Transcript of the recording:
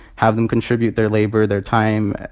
have them contribute their labor, their time,